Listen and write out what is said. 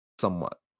somewhat